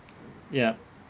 yup